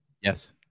Yes